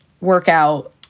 workout